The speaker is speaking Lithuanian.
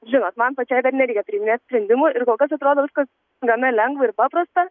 žinot man pačiai dar nereikia priiminėt sprendimų ir kol kas atrodo viskas gana lengva ir paprasta